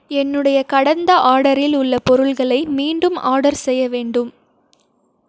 என்னுடைய கடந்த ஆர்டரில் உள்ள பொருட்களை மீண்டும் ஆர்டர் செய்ய வேண்டும்